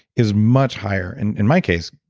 is much higher. and in my case,